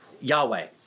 Yahweh